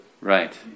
Right